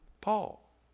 Paul